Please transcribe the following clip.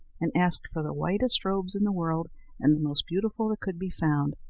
and asked for the whitest robes in the world and the most beautiful that could be found,